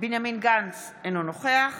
בנימין גנץ, אינו נוכח